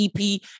EP